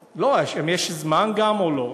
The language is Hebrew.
לא, אם יש זמן גם או לא.